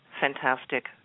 fantastic